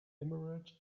emerald